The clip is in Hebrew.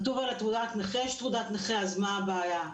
שכתוב על תעודת הנכה, יש תעודת נכה, אז מה הבעיה?